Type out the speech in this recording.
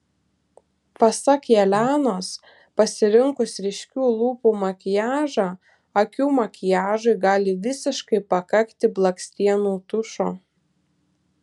pasak jelenos pasirinkus ryškių lūpų makiažą akių makiažui gali visiškai pakakti blakstienų tušo